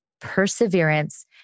perseverance